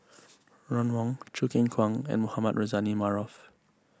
Ron Wong Choo Keng Kwang and Mohamed Rozani Maarof